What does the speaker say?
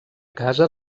casa